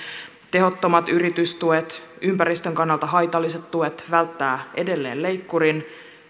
tehottomat yritystuet ympäristön kannalta haitalliset tuet välttävät edelleen leikkurin